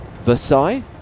Versailles